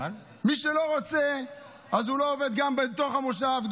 מי שלא רוצה לא עובד גם בתוך המושב,